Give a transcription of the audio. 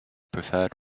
preferred